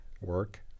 work